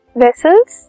vessels